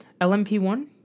LMP1